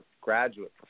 graduate